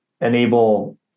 enable